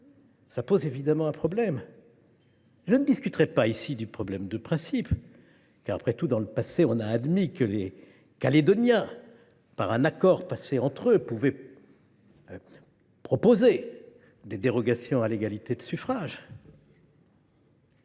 pose évidemment problème. Je ne discuterai pas ici du problème de principe : après tout, dans le passé, on a admis que les Calédoniens, par un accord passé entre eux, puissent proposer des dérogations à l’égalité de suffrage.